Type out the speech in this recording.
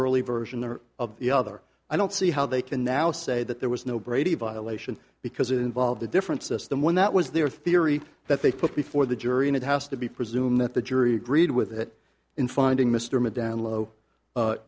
early version there of the other i don't see how they can now say that there was no brady violation because it involved a different system one that was their theory that they put before the jury and it has to be presume that the jury agreed with it in finding mr medan low